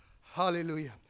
Hallelujah